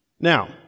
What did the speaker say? now